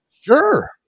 Sure